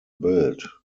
built